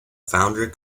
founder